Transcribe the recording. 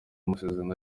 amasezerano